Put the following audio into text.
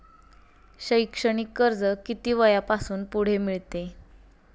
शैक्षणिक कर्ज किती वयापासून पुढे मिळते?